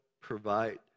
provide